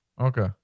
Okay